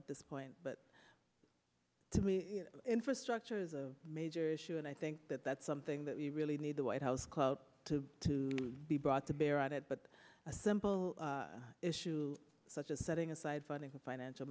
at this point but to me infrastructure is a major issue and i think that that's something that we really need the white house clout to to be brought to bear on it but a simple issue such as setting aside funding for financial